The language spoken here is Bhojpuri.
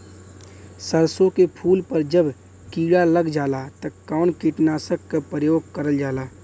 सरसो के फूल पर जब किड़ा लग जाला त कवन कीटनाशक क प्रयोग करल जाला?